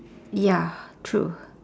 ya true